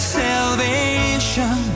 salvation